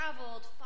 traveled